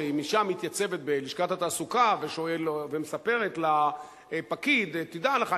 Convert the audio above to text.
שאם אשה מתייצבת בלשכת התעסוקה ומספרת לפקיד: תדע לך,